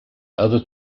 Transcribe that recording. other